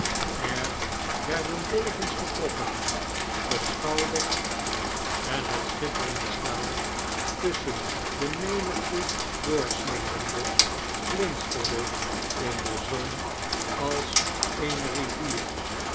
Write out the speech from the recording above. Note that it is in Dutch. er werden degens getrokken geschouderd en het schitterende staal tusschen de menigte doorslingerende glinsterde in de zon als eene aivier